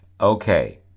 Okay